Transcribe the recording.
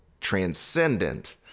transcendent